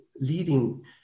leading